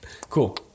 Cool